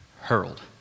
hurled